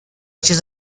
چیز